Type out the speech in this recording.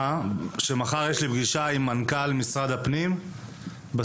מחר יש לי פגישה עם מנכ"ל משרד הפנים בסוגיית